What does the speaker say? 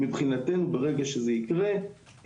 מבחינתנו ברגע שזה יקרה,